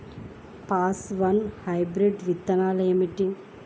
F one hybrid విత్తనాలు ఏమిటి?